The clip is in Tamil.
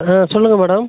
அ சொல்லுங்கள் மேடம்